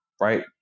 right